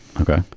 Okay